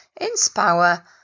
inspire